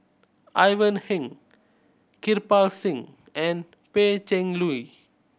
Ivan Heng Kirpal Singh and Pan Cheng Lui